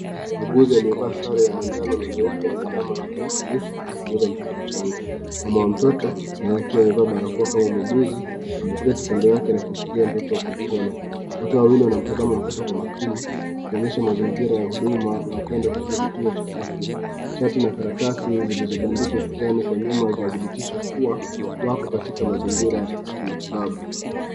Muuguzi aliye vaa sare ya majano na nyeupe anainama kwa uangalifu kumchunguza mtoto mchanga. Mama wa mtoto naye akiwa amevaa barakoa kama muuguzi ameketi kando yake na kumshikilia mtoto kwa upole. Wote wawili wanamtazama mtoto kwa makini ikionyesha mazingira ya huduma na upendo katika kituo cha afya. Chati na karatasi zilizobandikwa ukutani kwa nyuma zinadhibitisha kuwa wako katika mazingira ya kimatibabu.